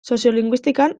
soziolinguistikan